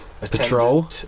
patrol